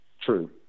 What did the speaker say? True